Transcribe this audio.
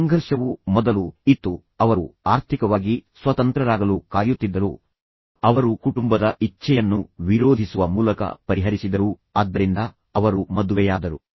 ಆದ್ದರಿಂದ ಸಂಘರ್ಷವು ಮೊದಲು ಇತ್ತು ಆದ್ದರಿಂದ ಅವರು ಆರ್ಥಿಕವಾಗಿ ಸ್ವತಂತ್ರರಾಗಲು ಕಾಯುತ್ತಿದ್ದರು ಅವರು ಕುಟುಂಬದ ಇಚ್ಛೆಯನ್ನು ವಿರೋಧಿಸುವ ಮೂಲಕ ಪರಿಹರಿಸಿದರು ಆದ್ದರಿಂದ ಅವರು ಮದುವೆಯಾದರು